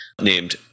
named